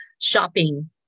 shopping